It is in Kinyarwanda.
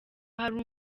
hari